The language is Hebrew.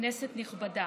כנסת נכבדה,